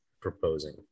proposing